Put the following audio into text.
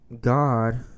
God